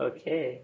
Okay